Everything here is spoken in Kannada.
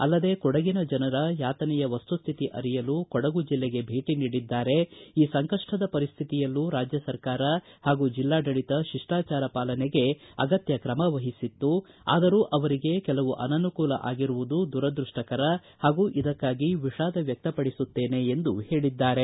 ಅಲ್ಲದೆ ಕೊಡಗಿನ ಜನರ ಯಾತನೆಯ ವಸ್ತುಸ್ತಿತಿ ಅರಿಯಲು ಕೊಡಗು ಜಿಲ್ಲೆಗೆ ಭೇಟಿ ನೀಡಿದ್ದಾರೆ ಈ ಸಂಕಪ್ಪದ ಪರಿಸ್ತಿತಿಯಲ್ಲೂ ರಾಜ್ಯ ಸರ್ಕಾರ ಹಾಗೂ ಜಿಲ್ಲಾಡಳಿತ ಶಿಷ್ಪಾಚಾರ ಪಾಲನೆಗೆ ಅಗತ್ಯ ತ್ರಮ ವಹಿಸಿತ್ತು ಆದರೂ ಅವರಿಗೆ ಕೆಲವು ಅನನುಕೂಲ ಆಗಿರುವುದು ದುರದೃಷ್ಟಕರ ಹಾಗೂ ಇದಕ್ಕಾಗಿ ವಿಷಾದ ವ್ಯಕ್ತಪಡಿಸುತ್ತೇನೆ ಎಂದು ಹೇಳಿದ್ದಾರೆ